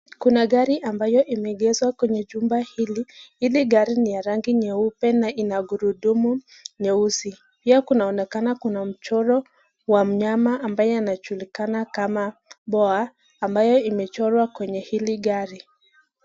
kuna gari ambayo imeegezwa kwenye jumba hili, hili gari ni ya rangi nyeupe na ina gurudumu nyeusi, pia kunaonekana kuna mchoro wa mnyama ambaye anajulikana kama boa ambaye imechorwa kwenye hili gari.